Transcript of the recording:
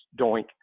Doink